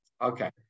Okay